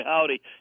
howdy